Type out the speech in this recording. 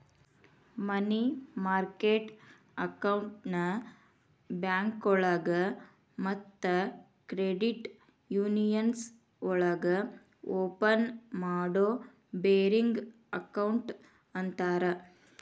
ಮನಿ market ಅಕೌಂಟ್ನ ಬ್ಯಾಂಕೋಳಗ ಮತ್ತ ಕ್ರೆಡಿಟ್ ಯೂನಿಯನ್ಸ್ ಒಳಗ ಓಪನ್ ಮಾಡೋ ಬೇರಿಂಗ್ ಅಕೌಂಟ್ ಅಂತರ